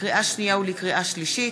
לקריאה שנייה ולקריאה שלישית,